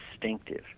distinctive